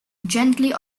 gently